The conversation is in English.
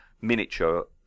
miniature